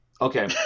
Okay